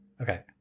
Okay